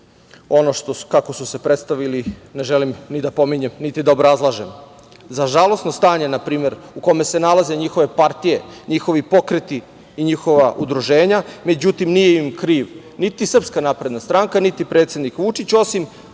ono kako su se predstavili ne želim ni da pominjem niti da obrazlažem.Za žalosno stanje npr. u kome se nalaze njihove partije, njihovi pokreti i njihova udruženja, nije im kriva niti SNS, niti predsednik Vučić, osim